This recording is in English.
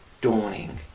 dawning